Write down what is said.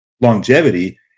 longevity